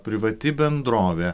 privati bendrovė